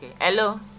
Hello